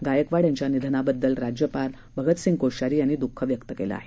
गायकवाड यांच्या निधनाबद्दल राज्यपाल भगतसिंह कोश्यारी यांनी दुःख व्यक्त केलं आहे